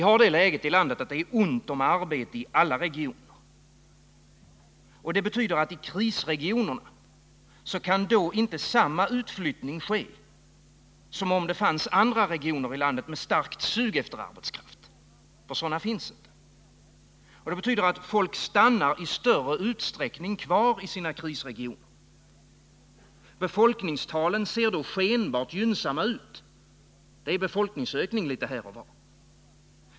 Vi har det läget att det är ont om arbete i alla regioner, vilket betyder att det i krisregionerna inte kan ske samma utflyttning som om det funnes andra regioner i landet med starkt sug efter arbetskraft. Sådana regioner finns inte. Detta för med sig att folk i större utsträckning stannar kvar i sina krisregioner. Befolkningstalen ser då skenbart gynnsamma ut. Det är befolkningsökning litet här och var.